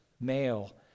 male